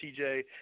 TJ